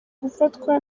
gufatwa